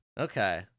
Okay